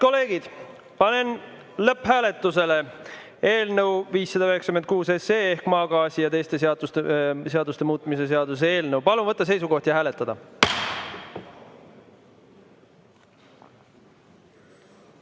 kolleegid, panen lõpphääletusele eelnõu 596 ehk maagaasiseaduse ja teiste seaduste muutmise seaduse eelnõu. Palun võtta seisukoht ja hääletada!